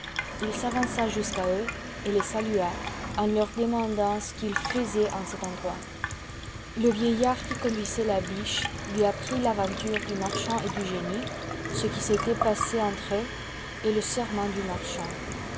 il s'avança jusqu'à eux et les salua en leur demandant ce qu'ils faisaient en cet endroit le vieillard qui conduisait la biche lui apprit l'aventure du marchand et du génie ce qui s'était passé entre eux et le serment du marchand